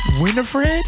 Winifred